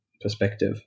perspective